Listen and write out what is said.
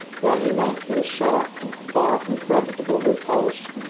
where he met with a sharp and far from creditable repulse,